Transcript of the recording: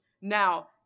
Now